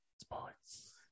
Sports